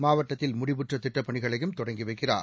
மாவட்டத்தில் முடிவுற்ற திட்டப்பணிகளையும் தொடங்கி வைக்கிறார்